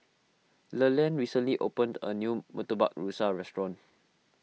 Leland recently opened a new Murtabak Rusa restaurant